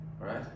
right